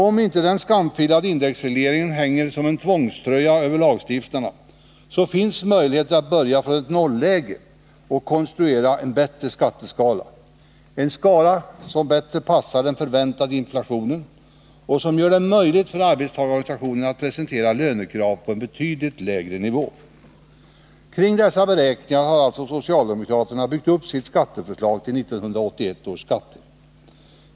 Om inte den skamfilade indexregleringen hänger som en tvångströja över lagstiftarna, så finns det möjlighet att börja från ett nolläge och konstruera en bättre skatteskala, en skala som passar den förväntade inflationen bättre och som gör det möjligt för arbetstagarorganisationerna att presentera lönekrav på betydligt lägre nivå. Kring dessa beräkningar har alltså socialdemokraterna byggt upp sitt förslag till 1981 års skatter.